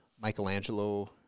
michelangelo